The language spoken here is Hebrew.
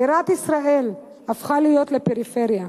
בירת ישראל הפכה להיות פריפריה.